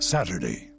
Saturday